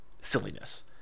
silliness